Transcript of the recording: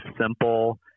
simple